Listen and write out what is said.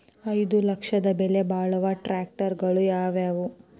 ಐದು ಲಕ್ಷದ ಬೆಲೆ ಬಾಳುವ ಟ್ರ್ಯಾಕ್ಟರಗಳು ಯಾವವು?